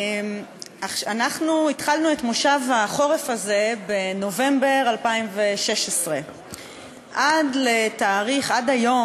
אנחנו התחלנו את מושב החורף הזה בנובמבר 2016. עד היום,